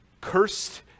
Cursed